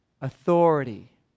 authority